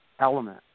element